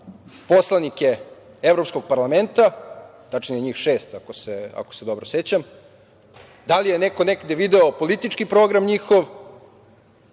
poslanike Evropskog parlamenta, tačnije njih šest ako se dobro sećam, da li je neko negde video politički program njihov,